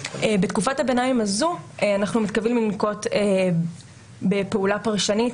בתקופת הביניים הזו אנחנו מתכוונים לנקוט בפעולה פרשנית,